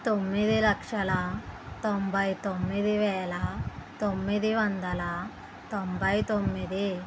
తొమ్మిది లక్షల తొంభై తొమ్మిది వేల తొమ్మిది వందల తొంభై తొమ్మిది